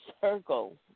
circle